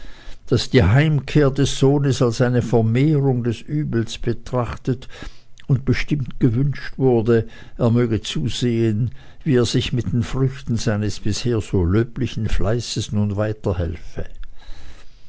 daß die heimkehr des sohnes als eine vermehrung des übels betrachtet und bestimmt gewünscht wurde er möge zusehen wie er sich mit den früchten seines bisher so löblichen fleißes nun weiterhelfe